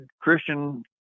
Christian